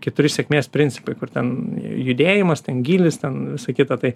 keturi sėkmės principai kur ten judėjimas ten gylis ten visa kita tai